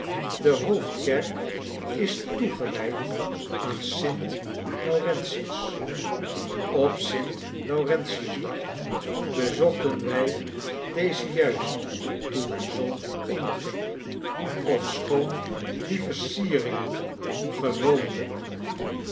de hoofdkerk is toegewijd aan st laurentius op st laurentiusdag bezoohten wij deze juist toen de zon onderging ofschoon die versieringen gewoonlijk